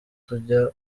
tujya